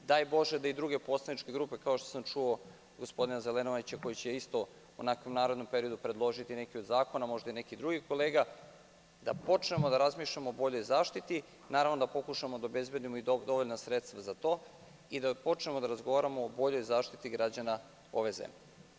Daj bože da i druge poslaničke grupe, kao što sam čuo gospodina Zelenovića koji će takođe u narednom periodu predložiti neki od zakona, možda i neki drugi kolega, da počnemo da razmišljamo o boljoj zaštiti, da pokušamo da obezbedimo i dovoljna sredstva za to i da počnemo da razgovaramo o boljoj zaštiti građana ove zemlje.